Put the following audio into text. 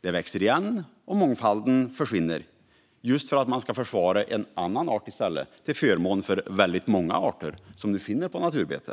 Det växer igen, och mångfalden försvinner, just för att man ska försvara en annan art till skada för väldigt många arter som vi finner på naturbete.